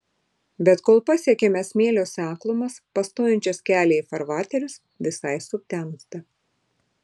bet kol pasiekiame smėlio seklumas pastojančias kelią į farvaterius visai sutemsta